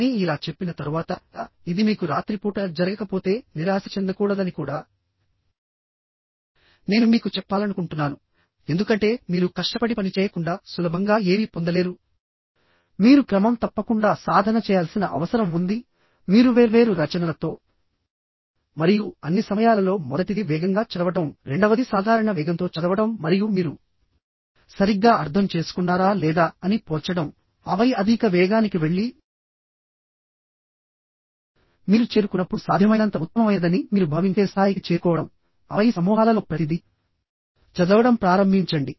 కానీ ఇలా చెప్పిన తరువాత ఇది మీకు రాత్రిపూట జరగకపోతే నిరాశ చెందకూడదని కూడా నేను మీకు చెప్పాలనుకుంటున్నాను ఎందుకంటే మీరు కష్టపడి పనిచేయకుండా సులభంగా ఏమీ పొందలేరు మీరు క్రమం తప్పకుండా సాధన చేయాల్సిన అవసరం ఉంది మీరు వేర్వేరు రచనలతో మరియు అన్ని సమయాలలో మొదటిది వేగంగా చదవడం రెండవది సాధారణ వేగంతో చదవడం మరియు మీరు సరిగ్గా అర్థం చేసుకున్నారా లేదా అని పోల్చడంఆపై అధిక వేగానికి వెళ్లిమీరు చేరుకున్నప్పుడు సాధ్యమైనంత ఉత్తమమైనదని మీరు భావించే స్థాయికి చేరుకోవడం ఆపై సమూహాలలో ప్రతిదీ చదవడం ప్రారంభించండి